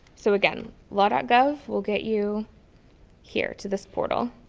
so again, law ah gov will get you here to this portal.